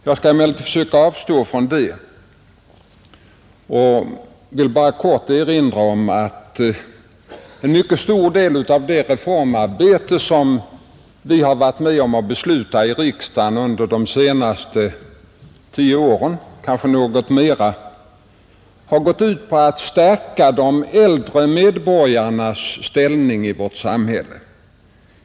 Jag skall emellertid försöka avstå ifrån det och vill bara i korthet erinra om att en mycket stor del av det reformarbete som vi har varit med om att besluta i riksdagen under de senaste tio åren, eller kanske något längre, har gått ut på att stärka de äldre medborgarnas ställning i vårt samhälle.